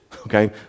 okay